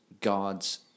God's